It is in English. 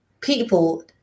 people